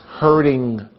hurting